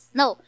no